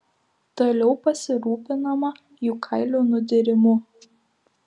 toliau pasirūpinama jų kailio nudyrimu